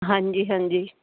ਹਾਂਜੀ ਹਾਂਜੀ